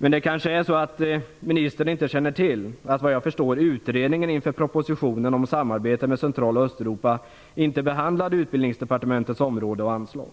ministern känner kanske inte till att utredningen inför propositionen om samarbete med Central och Östeuropa inte behandlade Utbildningsdepartementets område och anslag.